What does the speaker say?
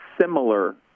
similar